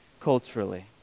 culturally